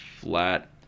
flat